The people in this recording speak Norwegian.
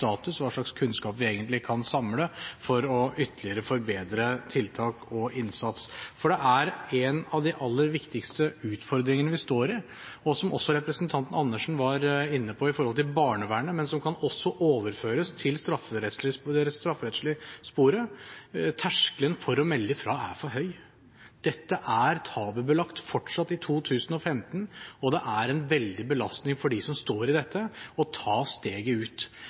status, hva slags kunnskap vi egentlig kan samle for ytterligere å forbedre tiltak og innsats, for det er en av de aller viktigste utfordringene vi står i. Som også representanten Andersen var inne på når det gjelder barnevernet, men som også kan overføres til det strafferettslige sporet: Terskelen for å melde fra er for høy. Dette er tabubelagt fortsatt i 2015, og det er en veldig belastning for dem som står i dette, å ta steget ut.